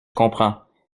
comprends